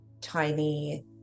tiny